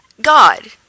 God